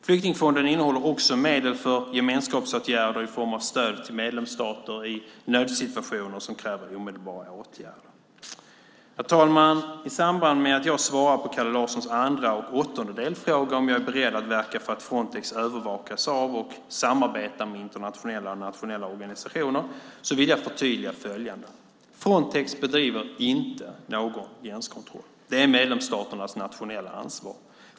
Flyktingfonden innehåller också medel för gemenskapsåtgärder i form av stöd till medlemsstater i nödsituationer som kräver omedelbara åtgärder. Herr talman! I samband med att jag svarar på Kalle Larssons andra och åttonde delfråga om jag är beredd att verka för att Frontex övervakas av och samarbetar med internationella och nationella organisationer vill jag förtydliga följande. Frontex bedriver inte någon gränskontroll; det är medlemsstaternas nationella ansvar.